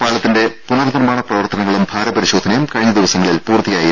പാലത്തിന്റെ പുനർ നിർമ്മാണ പ്രവർത്തനങ്ങളും ഭാര പരിശോധനയും കഴിഞ്ഞ ദിവസങ്ങളിൽ പൂർത്തിയായിരുന്നു